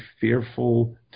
fearful